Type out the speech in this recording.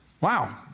Wow